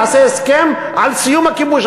נעשה הסכם על סיום הכיבוש,